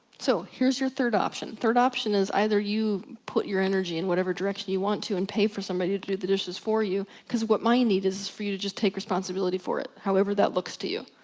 so, here's your third option third option is, either you put your energy in whatever direction you want to, and pay for somebody to do the dishes for you, because what my need is for you to just take responsibility for it however that looks to you,